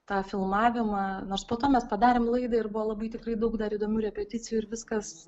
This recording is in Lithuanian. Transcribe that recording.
tą filmavimą nors po to mes padarėm laidą ir buvo labai tikrai daug dar įdomių repeticijų ir viskas